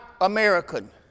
American